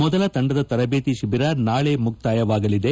ಮೊದಲ ತಂಡದ ತರಬೇತಿ ಶಿವಿರ ನಾಳೆ ಮುಕ್ತಾಯಗೊಳ್ಳಲಿದೆ